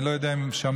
אני לא יודע אם שמעת,